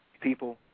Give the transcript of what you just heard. People